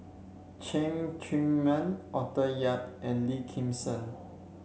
Cheng Tsang Man Arthur Yap and Lim Kim San